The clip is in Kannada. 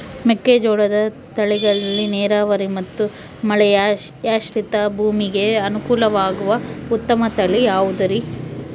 ಮೆಕ್ಕೆಜೋಳದ ತಳಿಗಳಲ್ಲಿ ನೇರಾವರಿ ಮತ್ತು ಮಳೆಯಾಶ್ರಿತ ಭೂಮಿಗೆ ಅನುಕೂಲವಾಗುವ ಉತ್ತಮ ತಳಿ ಯಾವುದುರಿ?